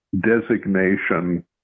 designation